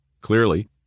Clearly